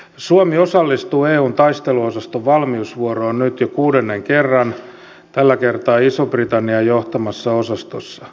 suomi osallistuu eun taisteluosaston valmiusvuoroon nyt jo kuudennen kerran tällä kertaa ison britannian johtamassa osastossa